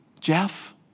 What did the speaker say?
jeff